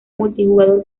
multijugador